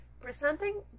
presenting